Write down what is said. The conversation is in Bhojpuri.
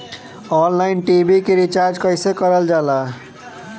ऑनलाइन टी.वी के रिचार्ज कईसे करल जाला?